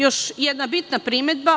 Još jedna bitna primedba.